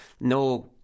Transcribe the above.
no